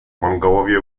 mongołowie